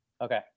Okay